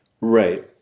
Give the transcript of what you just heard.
Right